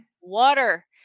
water